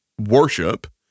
worship